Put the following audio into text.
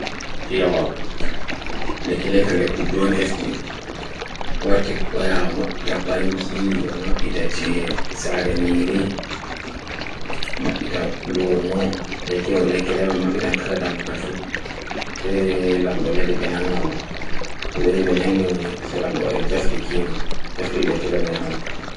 Biyawa lekile ka nɗe gujjo on hefti warti o yaha o maɓɓita ɓanki o maɓɓita saare nyiri o maɓɓita lumo ɗake lekile man maɓɓitan kala ɗammugal fu se lamɗo leli ɓe nanga mo se lamɗo wari jafti ki mai ha maako.